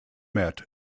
met